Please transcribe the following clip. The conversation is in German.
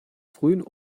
frühen